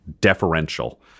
deferential